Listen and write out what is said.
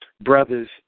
brothers